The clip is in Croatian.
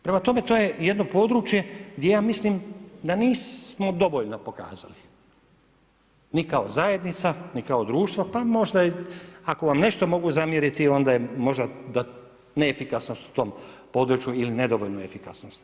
Prema tome, to je jedno područje gdje ja mislim da nismo dovoljno pokazali, ni kao zajednica, ni kao društvo, pa možda i, ako vam nešto mogu zamjeriti, neefikasnost u tom području ili nedovoljno efikasnost.